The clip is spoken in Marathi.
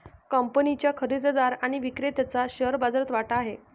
कंपनीच्या खरेदीदार आणि विक्रेत्याचा शेअर बाजारात वाटा आहे